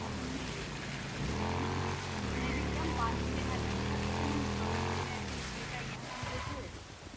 ꯑꯗꯨꯅꯦ ꯂꯥꯏꯔꯤꯛ ꯌꯥꯝ ꯄꯥꯅꯤꯡꯗꯦ ꯍꯥꯏꯕꯒꯤ ꯃꯊꯛꯇ ꯑꯗꯨꯃꯥꯏꯅ ꯇꯧꯔꯒ ꯂꯩꯔꯦ ꯑꯩꯈꯣꯏꯒꯤ ꯂꯩꯀꯥꯏꯒꯤ ꯑꯉꯥꯡ ꯃꯈꯩꯁꯨ